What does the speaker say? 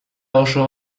oso